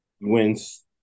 wins